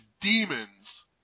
demons